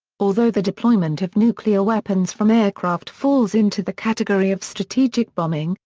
although the deployment of nuclear weapons from aircraft falls into the category of strategic bombing,